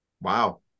Wow